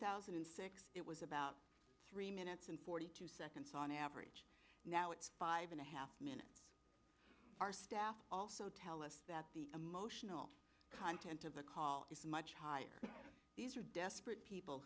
thousand and six it was about three minutes and forty two seconds on average now it's five and a half minutes our staff also tell us that the emotional content of the call is much higher these are desperate people